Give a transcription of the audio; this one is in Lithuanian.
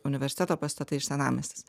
universiteto pastatai ir senamiestis